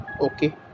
okay